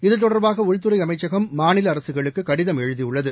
இது தொடர்பாக உள்துறை அமைச்சகம் மாநில அரசுகளுக்கு கடிதம் எழுதியுள்ளது